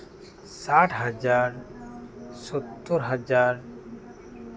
ᱥᱟᱴ ᱦᱟᱡᱟᱨ ᱥᱳᱛᱛᱚᱨ ᱦᱟᱡᱟᱨ